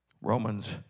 Romans